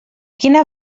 quina